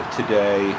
today